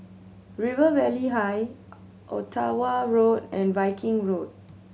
River Valley High Ottawa Road and Viking Road